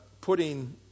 putting